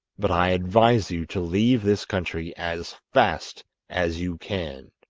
but i advise you to leave this country as fast as you can